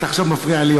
אתה עכשיו מפריע לי,